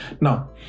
Now